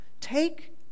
take